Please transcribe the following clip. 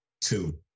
Two